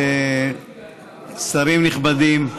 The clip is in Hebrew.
שרים נכבדים,